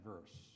verse